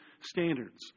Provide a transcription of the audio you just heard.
standards